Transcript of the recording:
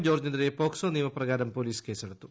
ജോർജിന് എതിരെ പോക്സോ നിയമപ്രകാരം പൊലീസ് കേസെടുത്തു